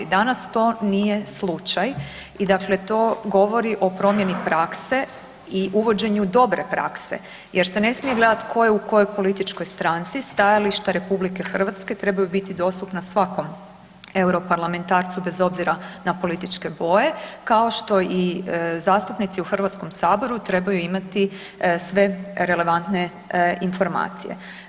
Danas to nije slučaj i dakle to govori o promjeni prakse i uvođenju dobre prakse jer se ne smije gledati tko je u kojoj političkoj stranci, stajališta RH trebaju biti dostupna svakom europarlamentarcu, bez obzira na političke boje, kao što i zastupnici u HS-u trebaju imati sve relevantne informacije.